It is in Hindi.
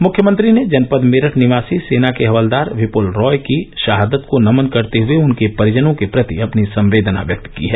मुख्यमंत्री ने जनपद मेरठ निवासी सेना के हवलदार विपूल रॉय की शहादत को नमन करते हए उनके परिजनों के प्रति अपनी संवेदना व्यक्त को है